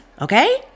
okay